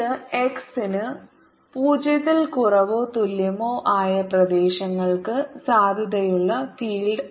ഇത് x ന് 0 ൽ കുറവോ തുല്യമോ ആയ പ്രദേശങ്ങൾക്ക് സാധുതയുള്ള ഫീൽഡാണ്